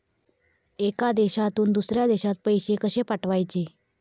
एका देशातून दुसऱ्या देशात पैसे कशे पाठवचे?